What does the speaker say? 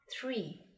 Three